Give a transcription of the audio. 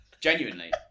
genuinely